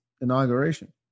inauguration